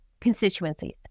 constituencies